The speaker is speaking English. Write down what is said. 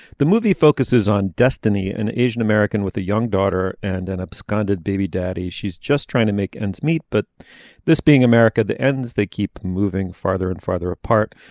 the movie focuses on destiny and asian-american with a young daughter and an absconded baby daddy. she's just trying to make ends meet. but this being america the ends they keep moving farther and farther apart.